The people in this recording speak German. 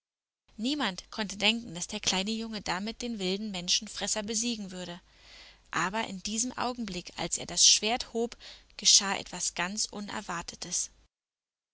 niemand konnte denken daß der kleine junge damit den wilden menschenfresser besiegen würde aber in diesem augenblick als er das schwert hob geschah etwas ganz unerwartetes